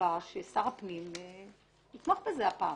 מקווה ששר הפנים יתמוך בזה הפעם,